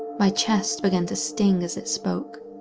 my chest began to sting as it spoke.